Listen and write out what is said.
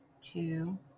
two